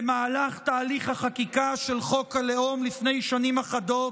בתהליך חקיקתו של חוק הלאום לפני שנים אחדות,